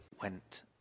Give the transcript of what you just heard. went